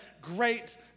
great